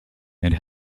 and